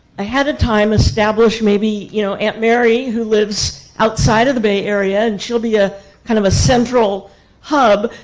ahead of time, establish maybe, you know, aunt mary, who lives outside of the bay area, and she'll be a kind of a central hub.